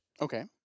Okay